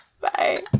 Bye